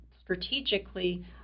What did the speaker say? strategically